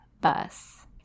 bus